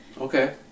Okay